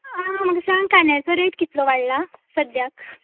आं म्हाका सांग कांद्याचो रेट कितलो वाडला सद्द्याक